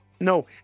No